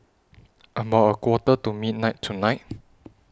about A Quarter to midnight tonight